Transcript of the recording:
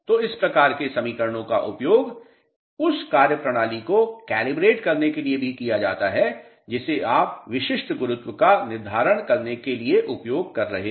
तो इस प्रकार के समीकरणों का उपयोग उस कार्यप्रणाली को कैलिब्रेट करने के लिए भी किया जाता है जिसे आप विशिष्ट गुरुत्व का निर्धारण करने के लिए उपयोग कर रहे हैं